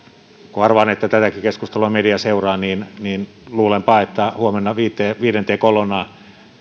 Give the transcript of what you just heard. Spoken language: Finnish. kun arvaan että tätäkin keskustelua media seuraa niin niin luulenpa että huomenna viidenteen kolonnaan